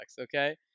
Okay